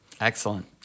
Excellent